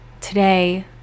today